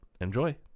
Enjoy